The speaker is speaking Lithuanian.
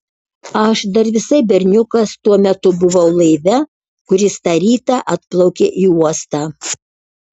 aš dar visai berniukas tuo metu buvau laive kuris tą rytą atplaukė į uostą